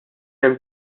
hemm